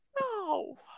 No